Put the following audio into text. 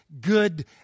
good